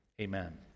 Amen